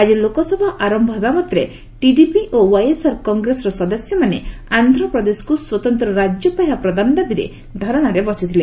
ଆଜି ଲୋକସଭା ଆରମ୍ଭ ହେବାମାତ୍ରେ ଟିଡିପି ଓ ୱାଇଏସ୍ଆର୍ କଂଗ୍ରେସର ସଦସ୍ୟମାନେ ଆନ୍ଧ୍ରପ୍ରଦେଶକ୍ତ ସ୍ୱତନ୍ତ୍ର ରାଜ୍ୟ ପାହ୍ୟା ପ୍ରଦାନ ଦାବିରେ ଧାରଣାରେ ବସିଥିଲେ